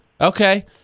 Okay